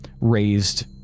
raised